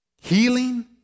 healing